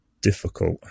difficult